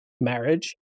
marriage